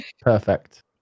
perfect